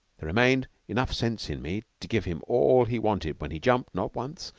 there remained enough sense in me to give him all he wanted when he jumped not once,